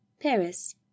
Paris